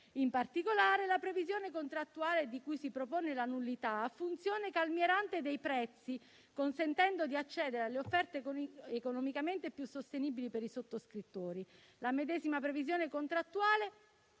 In particolare, la previsione contrattuale di cui si propone la nullità ha funzione calmierante dei prezzi, consentendo di accedere alle offerte economicamente più sostenibili per i sottoscrittori. La medesima previsione contrattuale